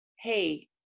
hey